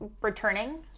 returning